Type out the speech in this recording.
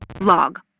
Log